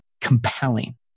compelling